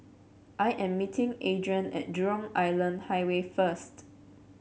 I am meeting Adrianne at Jurong Island Highway first